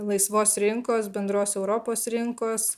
laisvos rinkos bendros europos rinkos